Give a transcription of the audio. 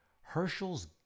herschel's